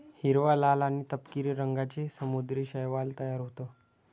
हिरवा, लाल आणि तपकिरी रंगांचे समुद्री शैवाल तयार होतं